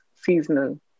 seasonal